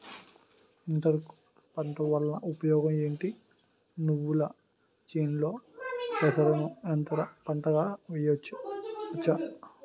Inter crops పంట వలన ఉపయోగం ఏమిటి? నువ్వుల చేనులో పెసరను అంతర పంటగా వేయవచ్చా?